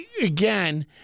again